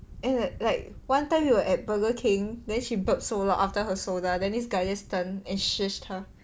and at like one time we were at Burger King then she burp so long after her soda then this guy just turn and sheesh 他